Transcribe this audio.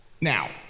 Now